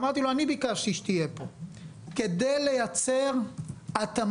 אמרתי לו: אני ביקשתי שתהיה פה, כדי לייצר התאמה.